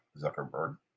Zuckerberg